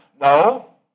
No